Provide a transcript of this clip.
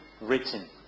written